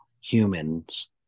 humans